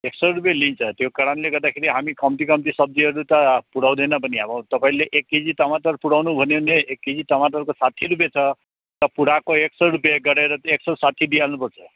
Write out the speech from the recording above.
एक सौ रुपियाँ लिन्छ त्यो कारणले गर्दाखेरि हामी कम्ती कम्ती सब्जीहरू त पुऱ्याउँदैन पनि अब तपाईँले एक केजी टमाटर पुऱ्याउनु भन्यो भने एक केजी टमाटरको साठी रुपियाँ छ त पुऱ्याएको एक सौ रुपियाँ गरेर त एक सौ साठी रुपियाँ दिइहाल्नु पर्छ